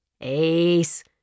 Ace